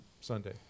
Sunday